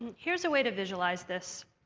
here's a way to visualize this.